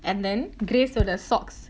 and then grace are the socks